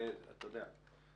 אתה יודע,